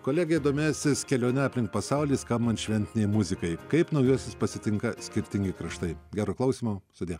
kolegė domėsis kelione aplink pasaulį skambant šventinei muzikai kaip naujuosius pasitinka skirtingi kraštai gero klausymo sudie